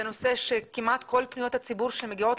זה נושא שכמעט כל פניות הציבור שמגיעות,